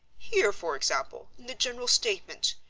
here, for example, in the general statement,